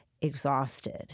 exhausted